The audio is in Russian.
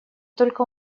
только